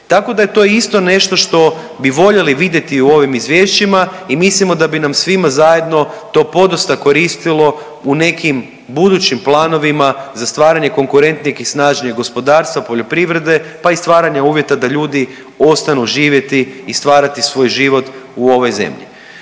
Tako da je to isto nešto što bi voljeli vidjeti u ovim izvješćima i mislimo da bi nam svima zajedno to podosta koristilo u nekim budućim planovima za stvaranje konkurentnijeg i snažnijeg gospodarstva, poljoprivrede, pa i stvaranja uvjeta da ljudi ostanu živjeti i stvarati svoj život u ovoj zemlji.